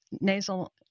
nasal